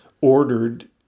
ordered